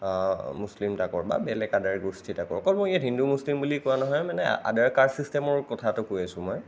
মুছলিম তাকৰ বা বেলেগ আদাৰ গোষ্ঠী তাকৰ অকল মই ইয়াত হিন্দু মুছলিম বুলি কোৱা নহয় মানে আদাৰ কাষ্ট ছিষ্টেমৰ কথাটো কৈ আছোঁ মই